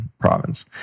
province